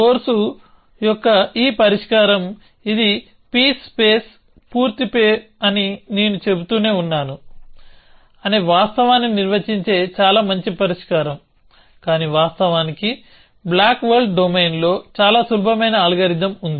course యొక్క ఈ పరిష్కారం ఇది పీస్ స్పేస్ పూర్తి అని నేను చెబుతూనే ఉన్నాను అనే వాస్తవాన్ని నిర్వచించే చాలా మంచి పరిష్కారం కానీ వాస్తవానికి బ్లాక్స్ వరల్డ్ డొమైన్లో చాలా సులభమైన అల్గోరిథం ఉంది